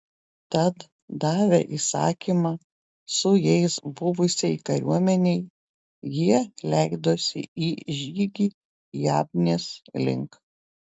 tad davę įsakymą su jais buvusiai kariuomenei jie leidosi į žygį jabnės link